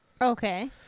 Okay